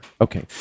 okay